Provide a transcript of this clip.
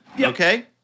okay